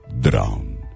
drown